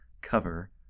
cover